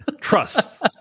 trust